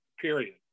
period